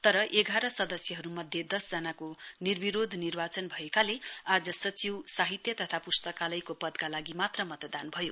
तर एघार सदस्यहरु मध्ये दस जनाको निर्विरोध निर्वाचन भएकोले आज सचिव साहित्य तथा पुस्तकालयको पदका लागि मात्र मतदान भयो